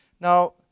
Now